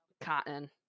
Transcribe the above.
cotton